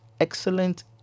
excellent